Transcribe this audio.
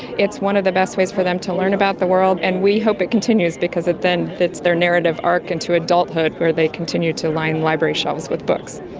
it's one of the best ways for them to learn about the world, and we hope it continues because then it's their narrative arc into adulthood where they continue to line library shelves with books.